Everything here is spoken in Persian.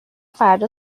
فردا